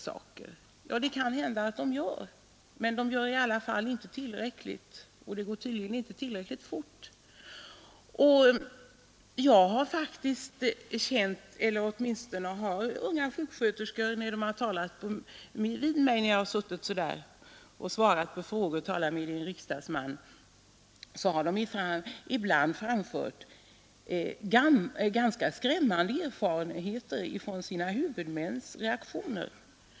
Ja, det kan hända, men de gör i alla fall inte tillräckligt och handlar inte tillräckligt fort. När jag svarat på frågor under rubriken Tala med din riksdagsman, har ibland unga sjuksköterskor berättat för mig om ganska skrämmande erfarenheter av sina huvudmäns reaktioner.